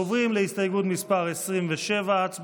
עוברים להסתייגות מס' 27, הצבעה.